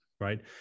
right